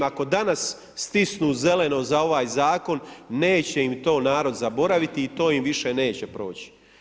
Ako danas stisnu zeleno za ovaj zakon neće im to narod zaboraviti i to im više neće proći.